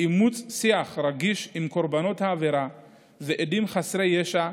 אימוץ שיח רגיש עם קורבנות העבירה ועדים חסרי ישע,